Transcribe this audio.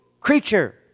creature